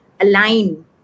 align